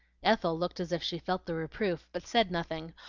ethel looked as if she felt the reproof, but said nothing,